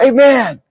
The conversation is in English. Amen